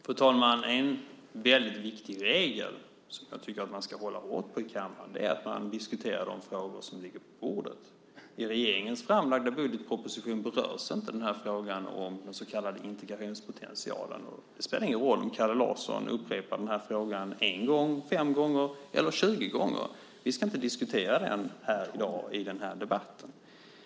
Fru talman! En väldigt viktig regel, som jag tycker att man ska hålla hårt på i kammaren, är att man diskuterar de frågor som ligger på bordet. I regeringens framlagda budgetproposition berörs inte frågan om den så kallade integrationspotentialen. Det spelar ingen roll om Kalle Larsson upprepar den här frågan en gång, fem gånger eller 20 gånger. Vi ska inte diskutera den här i dag i den här debatten.